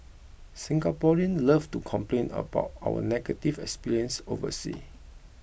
Singaporeans love to complain about our negative experiences overseas